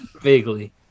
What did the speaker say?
Vaguely